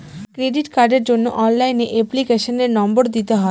credit কার্ডের জন্য অনলাইনে এপ্লিকেশনের নম্বর দিতে হয়